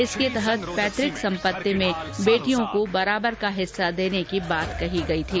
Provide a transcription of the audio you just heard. इसके तहत पैतृक संपत्ति में बेटियों को बराबर का हिस्सा देने की बात कही गई थी